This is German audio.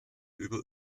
über